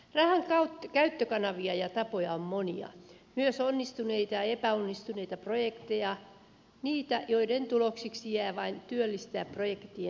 rahan käyttökanavia ja tapoja on monia myös onnistuneita ja epäonnistuneita projekteja niitä joiden tuloksiksi jää vain työllistää projektien tekijöitä